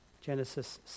Genesis